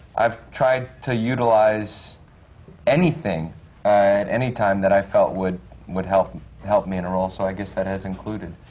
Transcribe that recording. i've tried to utilize anything and anytime that i felt would would help help me in a role, so i guess that has included